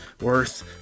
worth